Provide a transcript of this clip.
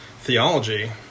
theology